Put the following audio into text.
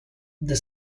the